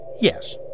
Yes